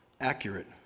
accurate